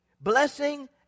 blessing